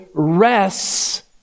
rests